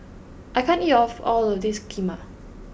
I can't eat of all of this Kheema